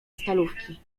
stalówki